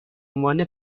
عنوان